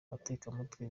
abatekamitwe